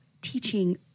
teaching